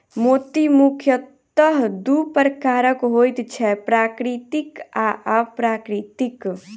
मोती मुखयतः दू प्रकारक होइत छै, प्राकृतिक आ अप्राकृतिक